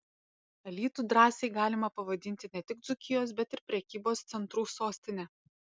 alytų drąsiai galima pavadinti ne tik dzūkijos bet ir prekybos centrų sostine